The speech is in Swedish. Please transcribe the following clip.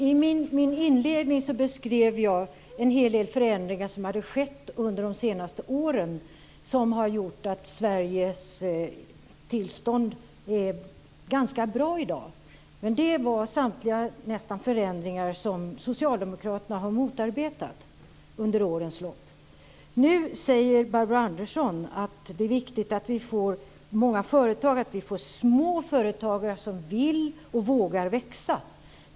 Fru talman! I min inledning beskrev jag en hel del förändringar som hade skett under de senaste åren och som har gjort att Sveriges tillstånd i dag är ganska bra. Det var nästan samtliga förändringar som socialdemokraterna har motarbetat under årens lopp. Nu säger Barbro Andersson Öhrn att det är viktigt att vi får många företag och små företag som vill och vågar växa.